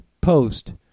post